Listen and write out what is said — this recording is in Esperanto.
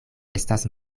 estas